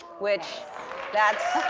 which that's